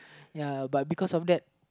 ya but because of that